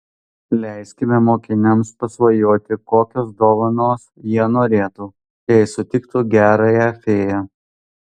leiskime mokiniams pasvajoti kokios dovanos jie norėtų jei sutiktų gerąją fėją